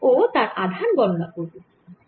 ও তার আধান গণনা করব